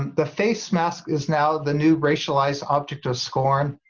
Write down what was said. the face mask is now the new racialized object of scorn,